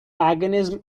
paganism